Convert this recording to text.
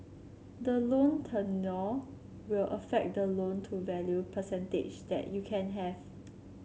the loan tenure will affect the loan to value percentage that you can have